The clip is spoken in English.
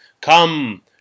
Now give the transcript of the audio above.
Come